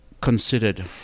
considered